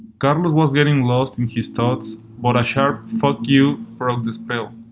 carlos was getting lost in his thoughts but a sharp fuck you broke the spell.